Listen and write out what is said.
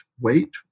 wait